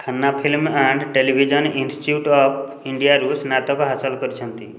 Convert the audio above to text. Khanna film and television institute of ଇଣ୍ଡିଆରୁ ସ୍ନାତକ ହାସଲ କରିଛନ୍ତି